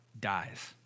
dies